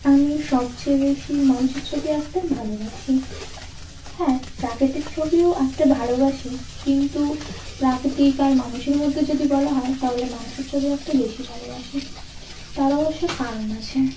আমি সবচেয়ে বেশি মানুষের ছবি আঁকতে ভালোবাসি হ্যাঁ প্রাকৃতিক ছবিও আঁকতে ভালোবাসি কিন্তু প্রাকৃতিক আর মানুষের মধ্যে যদি বলা হয় তাহলে মানুষের ছবি আঁকতে বেশি ভালোবাসি তার অবশ্য কারণ আছে